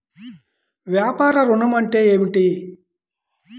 వ్యాపార ఋణం అంటే ఏమిటి?